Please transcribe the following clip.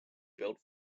built